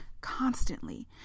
constantly